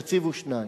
תציבו שניים.